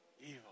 evil